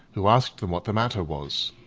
who asked them what the matter was.